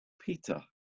Peter